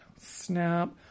Snap